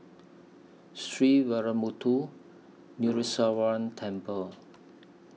Sree Veeramuthu Muneeswaran Temple